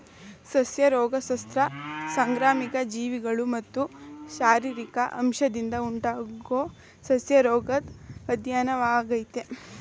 ಸಸ್ಯ ರೋಗಶಾಸ್ತ್ರ ಸಾಂಕ್ರಾಮಿಕ ಜೀವಿಗಳು ಮತ್ತು ಶಾರೀರಿಕ ಅಂಶದಿಂದ ಉಂಟಾಗೊ ಸಸ್ಯರೋಗದ್ ಅಧ್ಯಯನವಾಗಯ್ತೆ